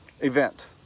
event